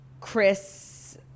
Chris